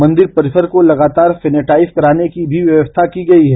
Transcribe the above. मंदिर परिसर को लगातार सेनेटाइज कराने की व्यक्स्था भी की गई है